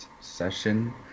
session